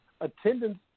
attendance